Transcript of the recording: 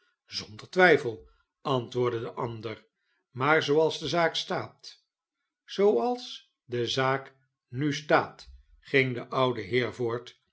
zonder twijfel antw oordde de ander maar zooals de zaak staat zooals de zaak nu staat ging de oudo